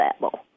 level